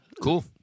Cool